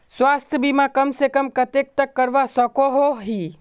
स्वास्थ्य बीमा कम से कम कतेक तक करवा सकोहो ही?